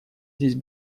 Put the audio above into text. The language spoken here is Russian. здесь